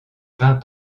vingt